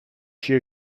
she